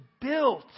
built